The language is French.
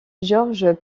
georges